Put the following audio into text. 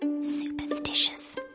Superstitious